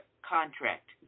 contract